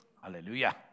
Hallelujah